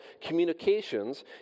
communications